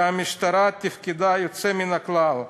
והמשטרה תפקדה יוצא מן הכלל.